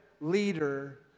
leader